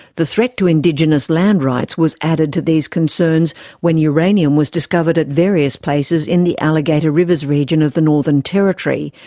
the threat to indigenous land rights was added to these concerns when uranium was discovered at various places in the alligator rivers region of the northern territory,